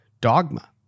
dogma